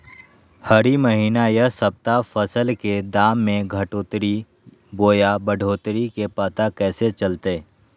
हरी महीना यह सप्ताह फसल के दाम में घटोतरी बोया बढ़ोतरी के पता कैसे चलतय?